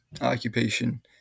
occupation